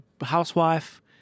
housewife